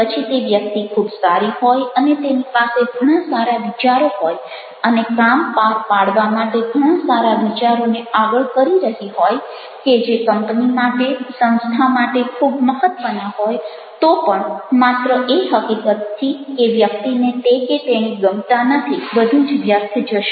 પછી તે વ્યક્તિ ખૂબ સારી હોય અને તેની પાસે ઘણા સારા વિચારો હોય અને કામ પાર પાડવા માટે ઘણા સારા વિચારોને આગળ કરી રહી હોય કે જે કંપની માટે સંસ્થા માટે ખૂબ મહત્ત્વના હોય તો પણ માત્ર એ હકીકતથી કે વ્યક્તિને તે કે તેણી ગમતા નથી બધું જ વ્યર્થ જશે